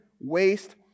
waste